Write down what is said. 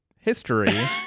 history